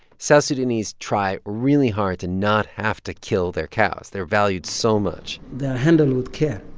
south sudanese try really hard to not have to kill their cows. they're valued so much they are handled with care.